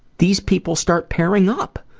these people start pairing up?